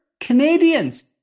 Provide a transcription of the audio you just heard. Canadians